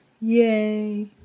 Yay